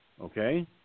Okay